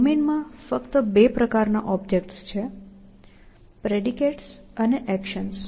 ડોમેનમાં ફક્ત બે પ્રકારનાં ઓબ્જેક્ટ્સ છે પ્રેડિકેટ્સ અને એક્શન્સ